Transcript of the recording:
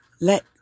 Let